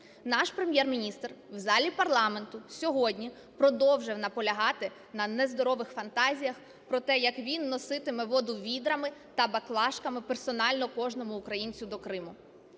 Наш Прем'єр-міністр в залі парламенту сьогодні продовжив наполягати на нездорових фантазіях про те, як він носитиме воду відрами та баклажками персонально кожному українцю до Криму.